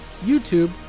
YouTube